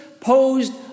posed